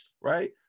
Right